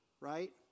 right